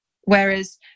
Whereas